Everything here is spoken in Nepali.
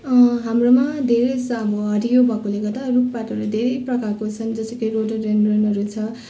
हाम्रोमा धेरै जसो अब हरियो भएकोले गर्दा रुख पातहरू धेरै प्रकारको छन्